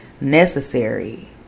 necessary